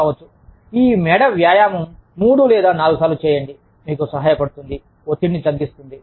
కావచ్చు ఈ మెడ వ్యాయామం మూడు లేదా నాలుగు సార్లు చేయడం మీకు సహాయపడుతుంది ఒత్తిడిని తగ్గిస్తుంది